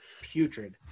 putrid